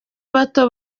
bato